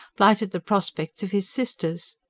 blighted the prospects of his sisters.